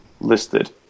listed